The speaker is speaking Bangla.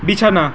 বিছানা